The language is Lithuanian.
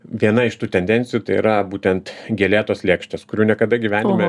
viena iš tų tendencijų tai yra būtent gėlėtos lėkštės kurių niekada gyvenime